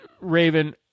Raven